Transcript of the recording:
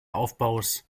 aufbaus